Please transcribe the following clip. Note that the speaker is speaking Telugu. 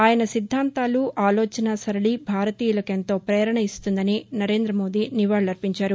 ఆయన సిద్దాంతాలు ఆలోచనా సరళి భారతీయులకు ఎంతో పేరణ ఇస్తుందని నరేందమోడీ నివాళులర్పించారు